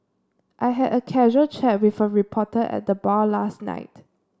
I had a casual chat with a reporter at the bar last night